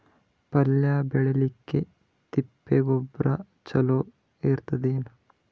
ಪಲ್ಯ ಬೇಳಿಲಿಕ್ಕೆ ತಿಪ್ಪಿ ಗೊಬ್ಬರ ಚಲೋ ಇರತದೇನು?